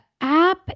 app